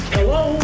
Hello